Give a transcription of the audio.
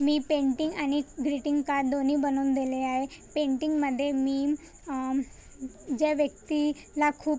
मी painting आणि greeting card दोन्ही बनवून दिले आहे पेंटींगमधे मी ज्या व्यक्ती ला खूप